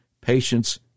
patience